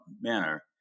manner